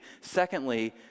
Secondly